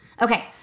Okay